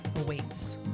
awaits